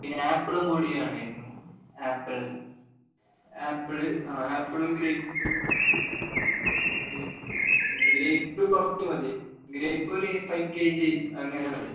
പിന്നെ ആപ്പിളും കൂടി വേണമായിരുന്നു ആപ്പിൾ ആപ്പിള് ആ ആപ്പിള് ഗ്രേപ്പ് ഗ്രേപ്പ് ഗ്രേപ്പ് കുറച്ച് മതി ഗ്രേപ്പൊര് ഫൈവ് കെ ജി അങ്ങനെ മതി